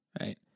right